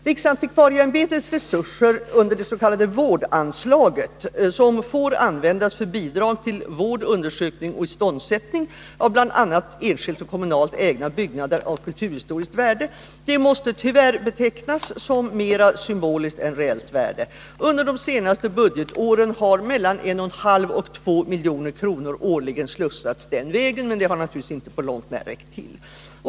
Riksantikvarieämbetets resurser under det s.k. vårdanslaget, som får användas för bidrag till vård, undersökning och iståndsättning av bl.a. enskilt och kommunalt ägda byggnader av kulturhistoriskt värde, måste tyvärr betecknas som av mera symbolisk än reell betydelse. Under de senaste budgetåren har mellan 11/2 och 2 milj.kr. årligen slussats den vägen — men det har naturligtvis inte på långt när räckt till.